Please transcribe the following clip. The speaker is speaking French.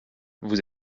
vous